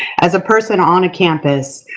as a person on a campus,